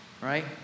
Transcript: right